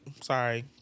Sorry